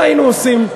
מה היינו עושים?